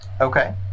Okay